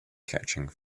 catching